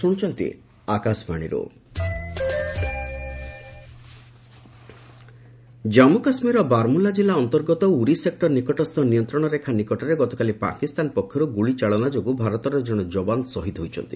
JK ceasefire violation Jammu କାଶ୍ମୀରର ବାରମୂଲା କିଲ୍ଲା ଅନ୍ତର୍ଗତ ଉରି ସେକୁର ନିକଟସ୍ଥ ନିୟନ୍ତ୍ରଣରେଖା ନିକଟରେ ଗତକାଲି ପାକିସ୍ତାନ ପକ୍ଷରୁ ଗୁଳିଚାଳନା ଯୋଗୁଁ ଭାରତର ଜଣେ ଯବାନ ଶହୀଦ ହୋଇଛନ୍ତି